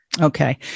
Okay